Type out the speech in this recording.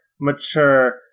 mature